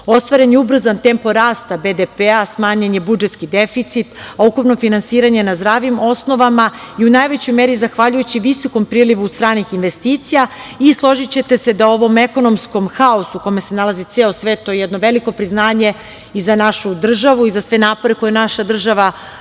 ogromno. Ostvaren je ubrzan tempo rasta BDP, smanjen je budžetski deficit, a ukupno finansiranje na zdravim osnovama i u najvećoj meri zahvaljujući visokom prilivu stranih investicija i, složićete se da u ovom ekonomskom haosu u kome se nalazi ceo svet, to je jedno veliko priznanje i za našu državu i za sve napore koje naša država radi,